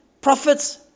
prophets